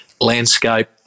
landscape